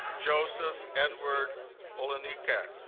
joseph edward all anika